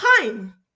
time